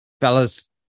fellas